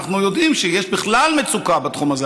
אנחנו יודעים שיש בכלל מצוקה בתחום הזה,